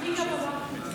כן, דיברנו על זה